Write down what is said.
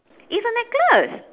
it's a necklace